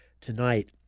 tonight